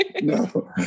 No